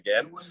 again